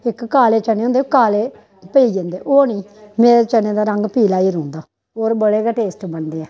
इक काले चने होंदे काले पेई जंदे ओह् निं मेरे चने दा रंग पीला गै रौहंदा होर बड़े गै टेस्ट बनदे ऐ